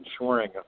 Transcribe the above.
ensuring